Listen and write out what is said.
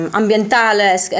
ambientale